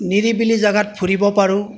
নিৰিবিলি জেগাত ফুৰিব পাৰোঁ